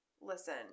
listen